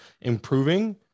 improving